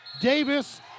Davis